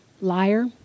liar